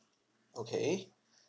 okay